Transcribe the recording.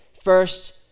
first